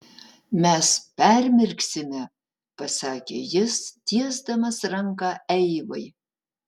mes permirksime pasakė jis tiesdamas ranką eivai